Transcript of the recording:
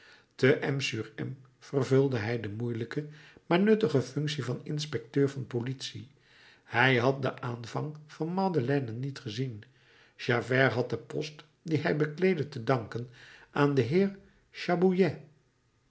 m vervulde hij de moeielijke maar nuttige functie van inspecteur van politie hij had den aanvang van madeleine niet gezien javert had den post dien hij bekleedde te danken aan den heer